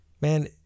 man